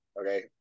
Okay